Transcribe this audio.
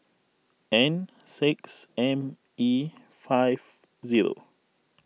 N six M E five zero